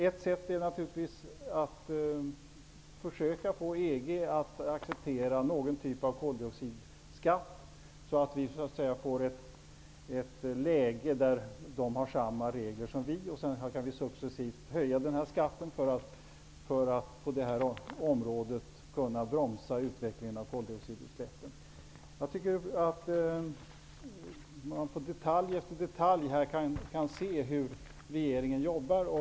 Ett sätt är att försöka få EG att acceptera någon typ av koldioxidskatt, så att EG får samma regler som vi. Sedan kan vi successivt höja denna skatt, för att kunna bromsa utvecklingen av koldioxidutsläppen. Jag tycker att man i detalj efter detalj kan se hur regeringen jobbar.